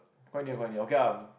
quite near quite near okay ah